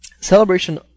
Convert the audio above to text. Celebration